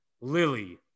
Lily